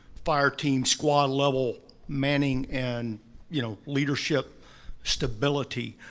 fire team, squad level manning and you know leadership stability.